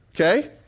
Okay